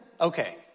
Okay